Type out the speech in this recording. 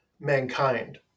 mankind